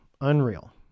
unreal